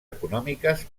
econòmiques